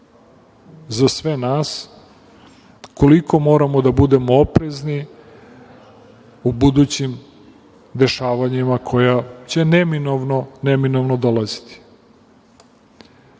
za sve nas koliko moramo da budemo oprezni u budućim dešavanjima koja će neminovno dolaziti. Podsetiću